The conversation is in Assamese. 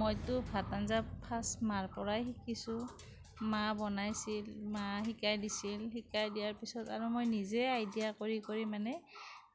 মইতো ভাত আঞ্জা ফাৰ্ষ্ট মাৰ পৰাই শিকিছোঁ মায়ে বনাইছিল মায়ে শিকাই দিছিল শিকাই দিয়াৰ পিছত আৰু মই নিজে আইডিয়া কৰি কৰি মানে